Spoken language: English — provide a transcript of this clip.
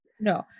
No